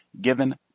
given